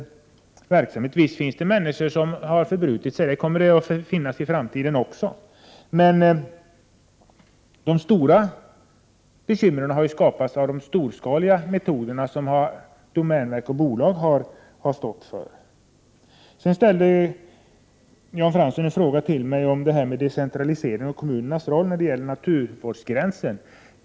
Visst finns det människor som har förbrutit sig, och det kommer det att finnas även i framtiden. Men de stora bekymren har skapats av de storskaliga metoder som domänverket och bolag har använt. Jan Fransson ställde till mig en fråga om decentralisering och kommunernas roll när det gäller naturvårdsgränsen.